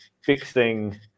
fixing